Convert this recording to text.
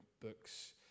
books